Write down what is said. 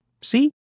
See